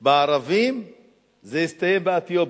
בערבים והסתיים באתיופים,